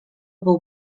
był